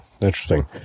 Interesting